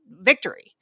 victory